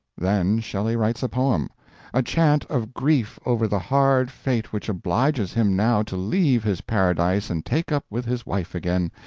then shelley writes a poem a chant of grief over the hard fate which obliges him now to leave his paradise and take up with his wife again.